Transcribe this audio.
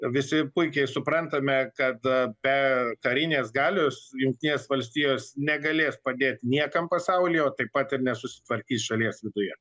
visi puikiai suprantame kad be karinės galios jungtinės valstijos negalės padėt niekam pasaulyje o taip pat ir nesusitvarkys šalies viduje